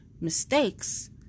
mistakes